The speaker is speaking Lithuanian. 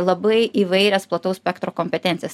labai įvairias plataus spektro kompetencijas